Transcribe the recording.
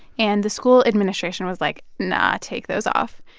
and the school administration was like, no, take those off.